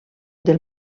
del